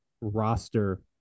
roster